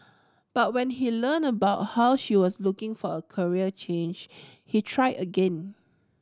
but when he learnt about how she was looking for a career change he tried again